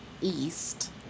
East